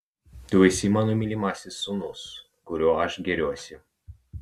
tu esi mano mylimasis sūnus kuriuo aš gėriuosi